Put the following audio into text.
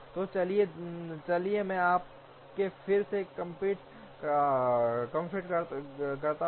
तो चलिए मैं आपको फिर से कंपीट करता हूं